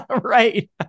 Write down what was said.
Right